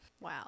Wow